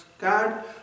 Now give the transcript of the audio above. God